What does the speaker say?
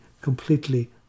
completely